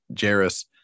Jairus